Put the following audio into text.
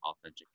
authentic